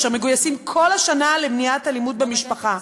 אשר מגויסים כל השנה למניעת אלימות במשפחה.